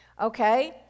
Okay